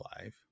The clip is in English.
life